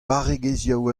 barregezhioù